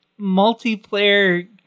multiplayer